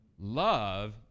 Love